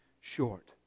short